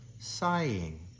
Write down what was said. sighing